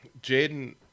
Jaden –